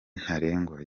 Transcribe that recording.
ntarengwa